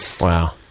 Wow